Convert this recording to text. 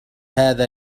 هذا